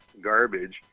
garbage